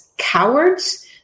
cowards